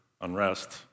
unrest